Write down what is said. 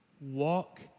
walk